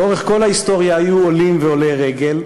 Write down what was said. לאורך כל ההיסטוריה היו עולים ועולי רגל,